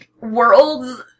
worlds